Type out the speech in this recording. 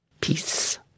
peace